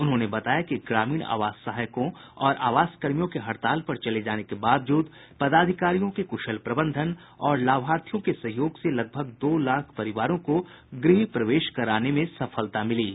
उन्होंने बताया कि ग्रामीण आवास सहायकों और आवास कर्मियों के हड़ताल पर जाने के बावजूद पदाधिकारियों के कुशल प्रबंधन और लाभार्थियों के सहयोग से लगभग दो लाख परिवारों को गृह प्रवेश कराने में सफलता मिली है